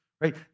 right